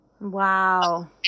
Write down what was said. Wow